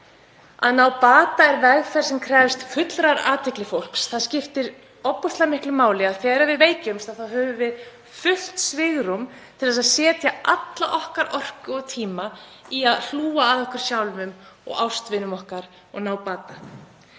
Að ná bata er vegferð sem krefst fullrar athygli fólks. Það skiptir ofboðslega miklu máli að þegar við veikjumst höfum við fullt svigrúm til að setja alla okkar orku og tíma í að hlúa að okkur sjálfum og ástvinum okkar og ná bata.